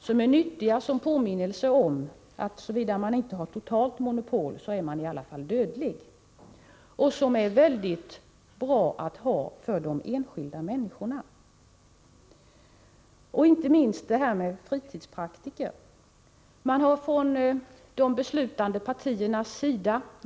De är nyttiga som påminnelse om att såvida man inte har totalt Om den abortföre monopol är man i alla fall dödlig. Och alternativ är mycket bra att ha för de byggande verksamenskilda människorna. heten Det gäller inte minst fritidspraktiker.